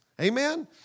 Amen